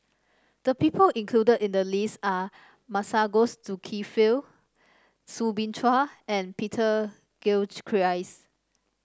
the people included in the list are Masagos Zulkifli Soo Bin Chua and Peter Gilchrist